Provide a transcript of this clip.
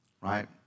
right